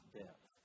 death